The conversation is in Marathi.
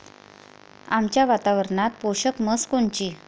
आमच्या वातावरनात पोषक म्हस कोनची?